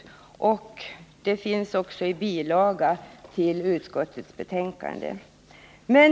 Att så är förhållandet finns också omnämnt i bilagan till utskottsbetänkandet.